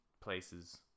places